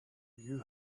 you